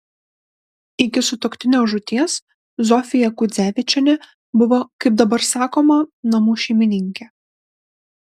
iki sutuoktinio žūties zofija kudzevičienė buvo kaip dabar sakoma namų šeimininkė